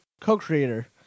co-creator